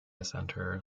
center